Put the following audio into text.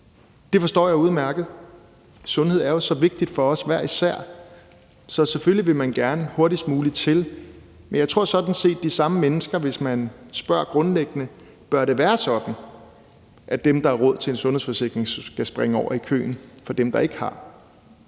det forstår jeg udmærket. Sundhed er jo så vigtigt for os hver især, så selvfølgelig vil man gerne hurtigst muligt komme til, men jeg tror sådan set grundlæggende, at det, hvis man spørger de samme mennesker, om det bør være sådan, at dem, der har råd til en sundhedsforsikring, skal springe over i køen og komme før dem, der ikke har